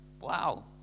Wow